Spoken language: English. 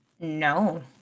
No